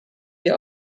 wir